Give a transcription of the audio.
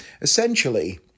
Essentially